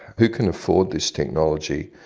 who can afford this technology,